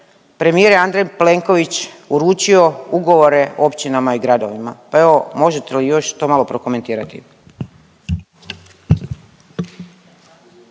premijer Andrej Plenković uručio ugovore općinama i gradovima, pa evo, možete li još to malo prokomentirati?